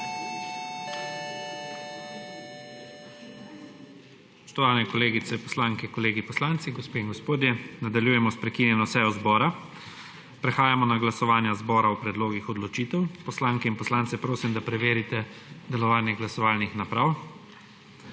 Spoštovane kolegice poslanke, kolegi poslanci, gospe in gospodje, nadaljujemo s prekinjeno sejo zbora. Prehajamo na glasovanja zbora o predlogih odločitev. Poslanke in poslance prosim, da preverite delovanje glasovalnih naprav.